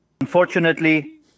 Unfortunately